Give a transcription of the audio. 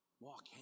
walk